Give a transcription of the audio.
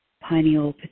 pineal